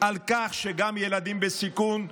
על כך שגם ילדים בסיכון,